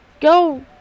Go